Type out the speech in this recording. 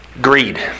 greed